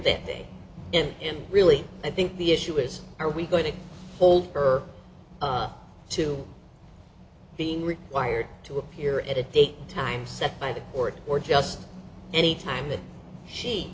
that way and in really i think the issue is are we going to hold her to being required to appear at a date time set by the order or just any time that she